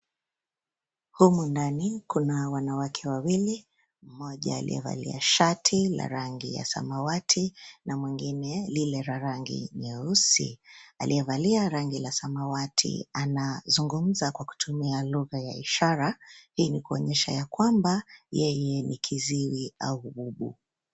Humu ndani, kuna wanawake wawili, mmoja aliyevalia shati la rangi ya samawati, na mwingine lile la rangi nyeusi. Aliyevalia rangi la samawati, anazungumza kwa kutumia lugha ya ishara, ili kuonyesha ya kwamba, yeye ni kiziwi au bubu.